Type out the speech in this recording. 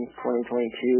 2022